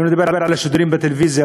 לא מדבר על השידורים בטלוויזיה,